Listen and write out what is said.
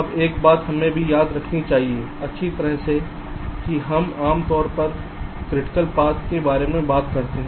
अब एक बात हमें भी याद रखनी चाहिए अच्छी तरह से हम आम तौर पर क्रिटिकल पाथ के बारे में बात करते हैं